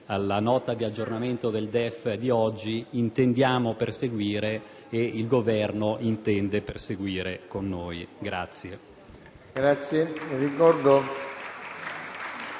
alla Nota di aggiornamento del DEF di oggi, intendiamo perseguire e che il Governo intende perseguire con noi.